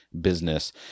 business